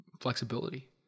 Flexibility